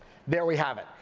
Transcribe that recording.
there we have it,